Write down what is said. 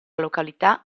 località